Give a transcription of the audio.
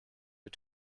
but